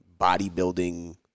bodybuilding